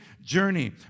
journey